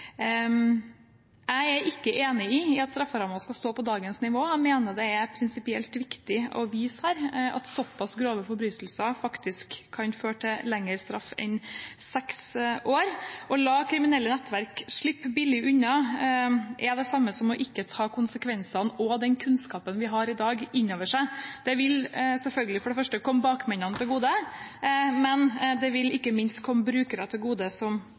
Jeg er ikke enig i at strafferammen skal stå på dagens nivå. Jeg mener det her er prinsipielt viktig å vise at såpass grove forbrytelser faktisk kan føre til lengre straff enn seks år. Å la kriminelle nettverk slippe billig unna er det samme som ikke å ta konsekvensene og den kunnskapen vi har i dag, inn over oss. Det vil selvfølgelig for det første komme bakmennene til gode, men det vil ikke minst komme brukere til gode som